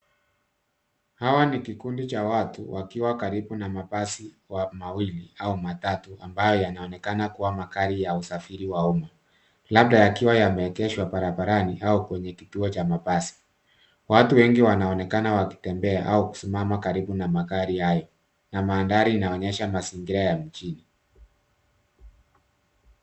Hawa ni kikundi cha watu wakiwa karibu na mabasi wa mawili au matatu ambayo yanaonekana kuwa magari ya usafiri wa umma. Labda yakiwa yameegeshwa barabarani au kwenye kituo cha mabasi. Watu wengi wanaonekana wakitembea au kusimama karibu na magari hayo na mandhari inaonyesha mazingira ya mjini.